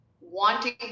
wanting